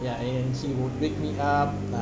ya and and he would wake me up